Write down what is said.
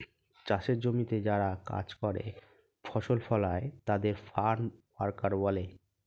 চাষের জমিতে যারা কাজ করে, ফসল ফলায় তাদের ফার্ম ওয়ার্কার বলে